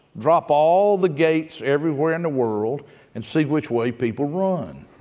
drop all the gates everywhere in the world and see which way people run.